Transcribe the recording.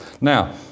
Now